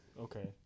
Okay